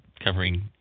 covering